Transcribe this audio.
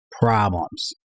problems